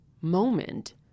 moment